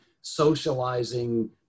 socializing